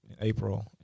April